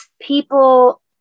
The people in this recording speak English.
people